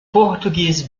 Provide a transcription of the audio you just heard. portuguese